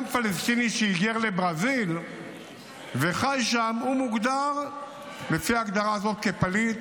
גם פלסטיני שהיגר לברזיל וחי שם מוגדר לפי ההגדרה הזאת כפליט